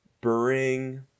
bring